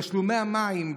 וגם תשלומי המים,